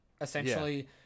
Essentially